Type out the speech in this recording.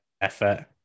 effort